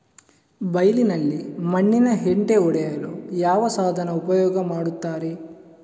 ಬೈಲಿನಲ್ಲಿ ಮಣ್ಣಿನ ಹೆಂಟೆ ಒಡೆಯಲು ಯಾವ ಸಾಧನ ಉಪಯೋಗ ಮಾಡುತ್ತಾರೆ?